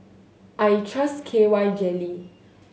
I trust K Y Jelly